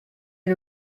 est